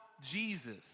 Jesus